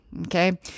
Okay